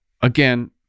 again